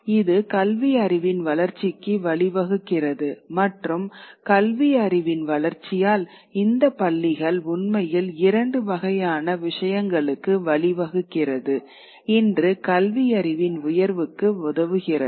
இது கல்வி அறிவின் வளர்ச்சிக்கு வழிவகுக்கிறது மற்றும் கல்வி அறிவின் வளர்ச்சியால் இந்த பள்ளிகள் உண்மையில் இரண்டு வகையான விஷயங்களுக்கு வழிவகுக்கிறது ஒன்று கல்வியறிவின் உயர்வுக்கு உதவுகிறது